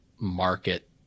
market